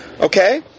Okay